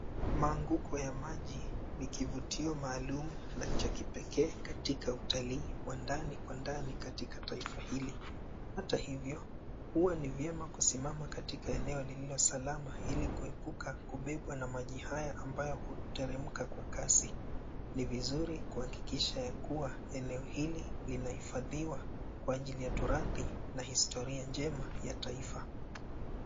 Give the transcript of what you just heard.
Maanguko ya maji ni kivutio cha kipekee katika utalii wa ndani kwa ndani katika taifa hili. Hata hivyo, huwa ni vyema kusimama katika eneo lililo salama ili kuepuka kubebwa na maji haya ambayo huteremka kwa kasi. Ni vizuri kuhakikisha ya kuwa eneo hili linahifadhiwa kwa ajili ya torati na historia njema ya taifa.